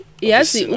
Yes